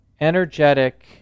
energetic